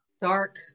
dark